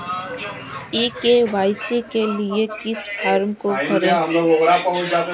ई KYC के लिए किस फ्रॉम को भरें?